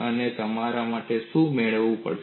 અને તમારે શું મેળવવું પડશે